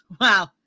wow